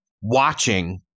watching